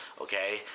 Okay